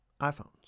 iPhones